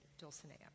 Dulcinea